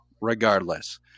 regardless